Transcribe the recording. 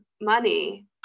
money